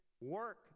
work